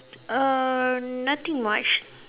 uh nothing much